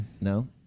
No